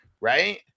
right